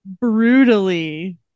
brutally